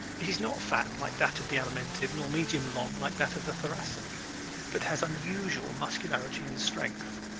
it is not fat like that of the alimentive nor medium long like that of the thoracic but has unusual muscularity and strength.